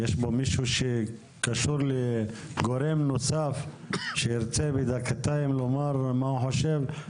יש פה מישהו שקשור לגורם נוסף שירצה בדקותיים לומר מה הוא חושב?